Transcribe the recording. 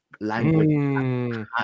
language